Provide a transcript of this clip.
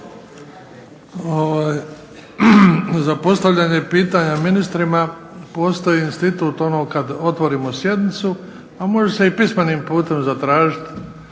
Za postavljanje pitanja ministrima postoji institut ono kad otvorimo sjednicu, a može se i pismenim putem zatražiti